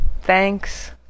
Thanks